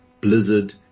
blizzard